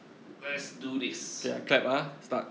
let's do this